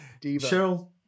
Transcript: Cheryl